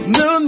no